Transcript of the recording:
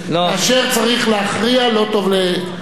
לא, כאשר צריך להכריע לא טוב לגמגם.